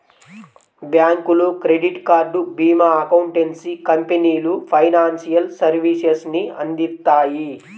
బ్యాంకులు, credit card, భీమా, accountancy కంపెనీలు ఫైనాన్షియల్ సర్వీసెస్ ని అందిత్తాయి